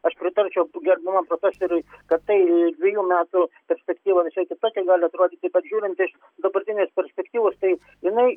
aš pritarčiau gerbiamam profesoriui kad tai dviejų metų perspektyva visai kitokia gali atrodyti bet žiūrint iš dabartinės perspektyvos tai jinai